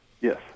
Yes